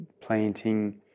planting